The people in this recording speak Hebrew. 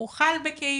הוא חל בכאילו,